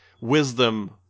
wisdom